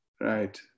Right